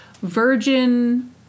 virgin